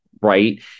right